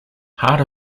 heart